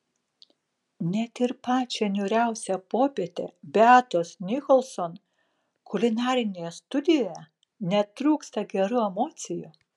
net ir pačią niūriausią popietę beatos nicholson kulinarinėje studijoje netrūksta gerų emocijų